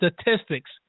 statistics